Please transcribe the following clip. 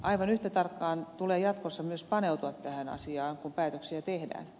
aivan yhtä tarkkaan tulee jatkossa myös paneutua tähän asiaan kun päätöksiä tehdään